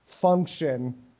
function